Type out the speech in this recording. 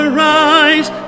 rise